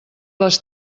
les